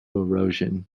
erosion